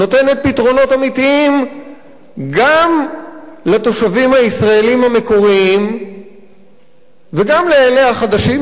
נותנת פתרונות אמיתיים גם לתושבים הישראלים המקוריים וגם לאלה החדשים,